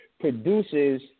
produces